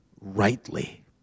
rightly